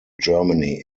germany